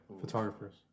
photographers